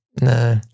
No